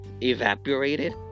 evaporated